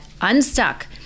unstuck